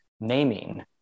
naming